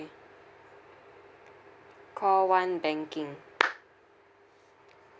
okay call one banking